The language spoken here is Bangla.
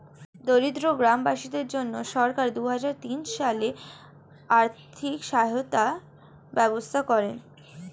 দরিদ্র গ্রামবাসীদের জন্য সরকার দুহাজার তিন সালে আর্থিক সহায়তার ব্যবস্থা করেন